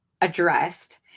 addressed